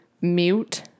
mute